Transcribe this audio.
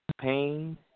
Pain